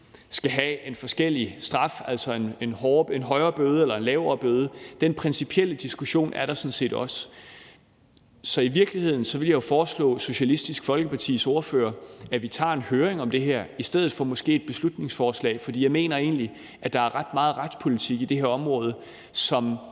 skal tildeles forskellige straffe, altså en højere bøde eller en lavere bøde. Den principielle diskussion er der sådan set også. Så i virkeligheden vil jeg jo foreslå SF's ordfører, at vi tager en høring om det her i stedet for et beslutningsforslag, måske, for jeg mener egentlig, at der er ret meget retspolitik i det her område. Det